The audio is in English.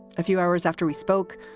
a few hours after we spoke,